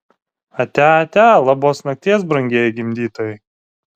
atia atia labos nakties brangieji gimdytojai